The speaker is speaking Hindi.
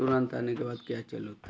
तुरंत आने के बात क्या चलो थाने